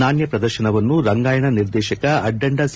ನಾಣ್ಯ ಪ್ರದರ್ಶನವನ್ನು ರಂಗಾಯಣ ನಿರ್ದೇಶಕ ಅಡ್ಡಂಡ ಸಿ